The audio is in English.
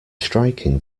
striking